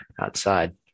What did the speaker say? outside